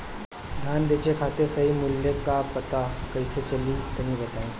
धान बेचे खातिर सही मूल्य का पता कैसे चली तनी बताई?